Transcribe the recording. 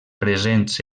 presents